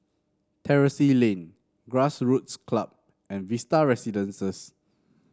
Terrasse Lane Grassroots Club and Vista Residences